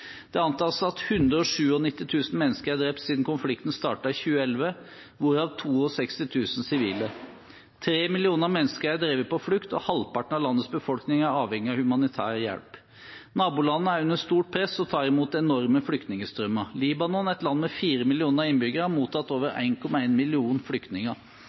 Det antas at 197 000 mennesker er drept siden konflikten startet i 2011, hvorav 62 000 sivile. 3 millioner mennesker er drevet på flukt, og halvparten av landets befolkning er avhengig av humanitær hjelp. Nabolandene er under stort press og tar imot enorme flyktningstrømmer. Libanon, et land med 4 millioner innbyggere, har mottatt over 1,1 millioner flyktninger. Norge er en